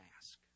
ask